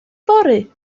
fory